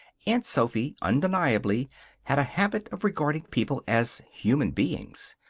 aunt sophy undeniably had a habit of regarding people as human beings.